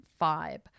vibe